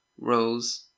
rose